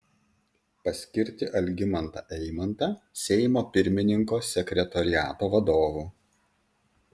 paskirti algimantą eimantą seimo pirmininko sekretoriato vadovu